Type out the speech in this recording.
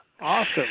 Awesome